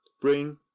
bring